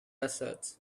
desert